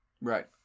right